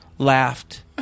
laughed